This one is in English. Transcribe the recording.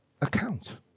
account